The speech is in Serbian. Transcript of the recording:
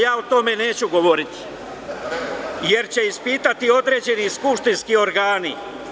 Ja o tome neću govoriti jer će ispitati određeni skupštinski organi.